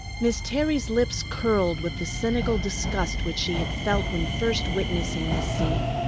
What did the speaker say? miss terry's lips curled with the cynical disgust which she had felt when first witnessing this scene.